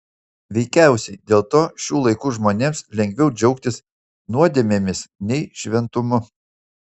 veikiausiai dėl to šių laikų žmonėms lengviau džiaugtis nuodėmėmis nei šventumu